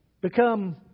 Become